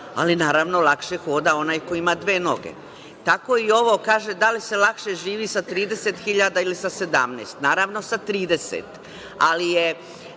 ali naravno lakše hoda onaj koji ima dve noge. Tako i ovo, kaže da li se lakše živi sa 30.000 ili sa 17.000. Naravno sa 30.000, ali je